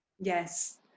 Yes